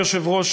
אדוני היושב-ראש,